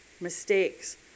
mistakes